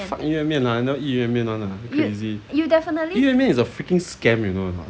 fuck 鱼圆面 lah I never eat 鱼圆面 [one] lah crazy 鱼圆面 is a freaking scam you know a not